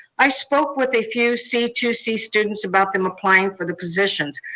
i spoke with a few c two c students about them applying for the positions.